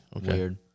Weird